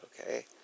Okay